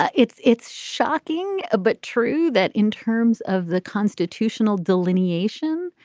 ah it's it's shocking, but true that in terms of the constitutional delineation,